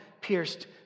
pierced